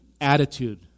attitude